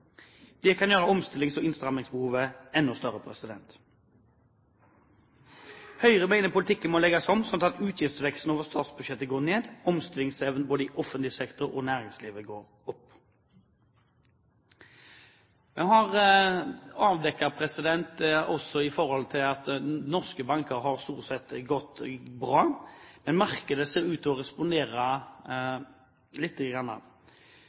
Det kan gjøre omstillings- og innstrammingsbehovet enda større. Høyre mener at politikken må legges om, slik at utgiftsveksten over statsbudsjettet går ned, og omstillingsevnen både i offentlig sektor og næringslivet går opp. Norske banker har stort sett gått bra, men markedet ser ut til å respondere lite